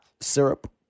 syrup